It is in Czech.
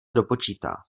dopočítá